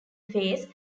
face